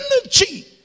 energy